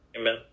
Amen